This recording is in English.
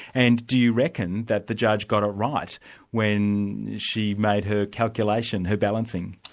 and do you reckon that the judge got it right when she made her calculation, her balancing?